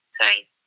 sorry